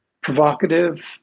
provocative